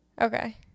Okay